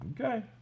Okay